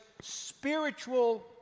spiritual